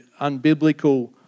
unbiblical